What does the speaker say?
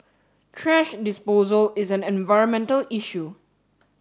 thrash disposal is an environmental issue